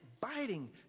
biting